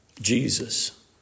Jesus